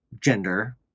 gender